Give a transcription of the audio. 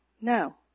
no